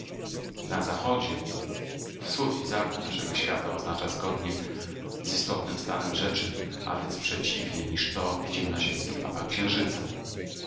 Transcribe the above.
na zachodzie wschód i zachód naszego świata oznacza zgodnie z istotnym stanem rzeczy a więc przeciwnie niż to widzimy na ziemskich mapach księżyca